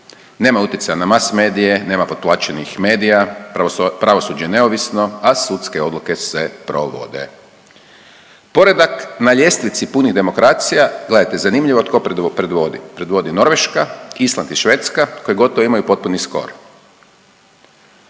nemaju utjecaja na masmedije, nema potplaćenih medija, pravosuđe je neovisno, a sudske odluke se provode. Poredak na ljestvici punih demokracija gledajte zanimljivo tko predvodi, predvodi Norveška, Island i Švedska koje gotovo imaju potpuni score.